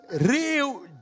Real